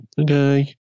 okay